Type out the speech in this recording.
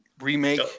remake